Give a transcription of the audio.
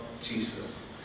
Jesus